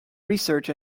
research